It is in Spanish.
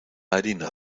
harina